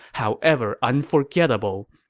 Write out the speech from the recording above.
however unforgettable,